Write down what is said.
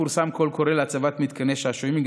פורסם קול קורא להצבת מתקני שעשועים,